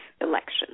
election